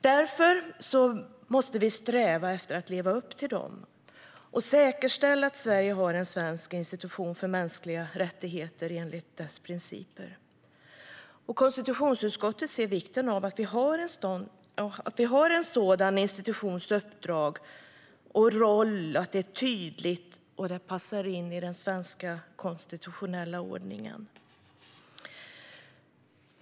Därför måste vi sträva efter att leva upp till dem och säkerställa att Sverige har en svensk institution för mänskliga rättigheter enligt dessa principer. Konstitutionsutskottet ser vikten av att en sådan institutions uppdrag och roll är tydliga och passar in i den svenska konstitutionella ordningen.